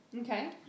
Okay